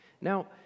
Now